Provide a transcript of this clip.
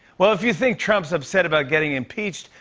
well, if you think trump's upset about getting impeached,